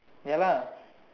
ya lah